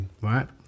Right